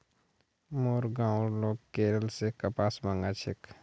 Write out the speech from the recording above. मोर गांउर लोग केरल स कपास मंगा छेक